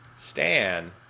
Stan